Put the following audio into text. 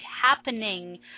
happening